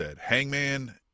Hangman